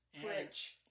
Twitch